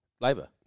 Labour